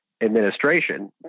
administration